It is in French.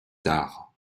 tard